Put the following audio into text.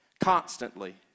constantly